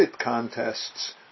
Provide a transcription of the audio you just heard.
contests